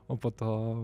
o po to